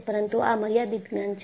પરંતુઆ મર્યાદિત જ્ઞાન છે